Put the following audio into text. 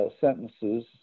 sentences